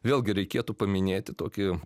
vėlgi reikėtų paminėti tokį